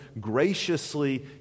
graciously